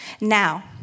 Now